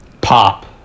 pop